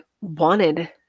wanted